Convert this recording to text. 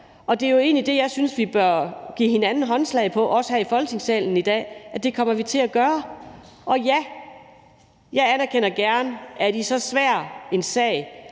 Det er jo egentlig det, jeg synes vi også bør give hinanden håndslag på her i Folketingssalen i dag vi kommer til at gøre. Og ja, jeg anerkender gerne, at i så svær en sag